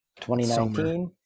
2019